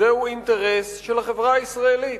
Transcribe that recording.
זהו אינטרס של החברה הישראלית.